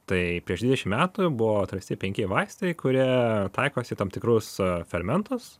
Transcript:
tai prieš dvidešim metų buvo atrasti penki vaistai kurie taikos į tam tikrus fermentus